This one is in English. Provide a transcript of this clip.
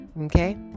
okay